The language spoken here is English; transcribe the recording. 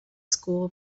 school